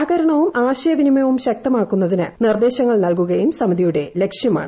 സഹകരണവും ആശയവിനിമയവും ശക്തമാക്കുന്നതിന് നിർദ്ദേശങ്ങൾ നൽകുകയും സമിതിയുടെ ലക്ഷ്യമാണ്